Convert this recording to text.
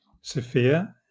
Sophia